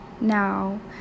Now